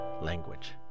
language